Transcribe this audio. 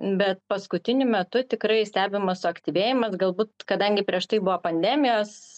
bet paskutiniu metu tikrai stebimas suaktyvėjima galbūt kadangi prieš tai buvo pandemijos